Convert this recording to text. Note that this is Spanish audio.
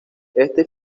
este